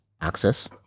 access